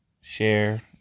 Share